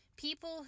people